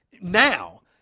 now